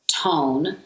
tone